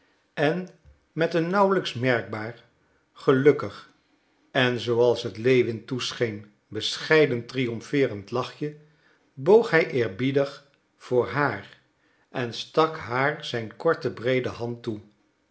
en met een nauwelijks merkbaar gelukkig en zooals het lewin toescheen bescheiden triomfeerend lachje boog hij eerbiedig voor haar en stak haar zijn korte breede hand toe